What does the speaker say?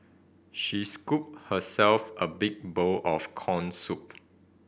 she scooped herself a big bowl of corn soup